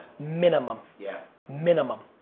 minimum yeah, minimum,